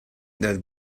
that